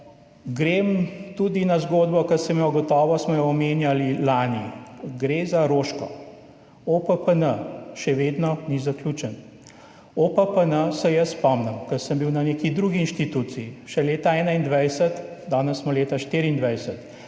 Grem tudi na zgodbo, ki smo jo gotovo omenjali lani. Gre za Roško. OPPN še vedno ni zaključen. OPPN, se jaz spomnim, ko sem bil na neki drugi inštituciji, še leta 2021, danes smo leta 2024,